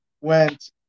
went